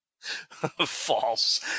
False